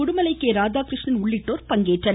உடுமலை ராதாகிருஷ்ணன் உள்ளிட்டோர் பங்கேற்றனர்